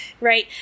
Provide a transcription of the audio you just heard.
right